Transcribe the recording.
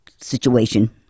situation